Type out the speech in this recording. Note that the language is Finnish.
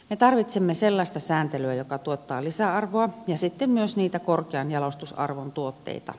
me tarvitsemme sellaista sääntelyä joka tuottaa lisäarvoa ja sitten myös niitä korkean jalostusarvon tuotteita